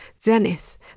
zenith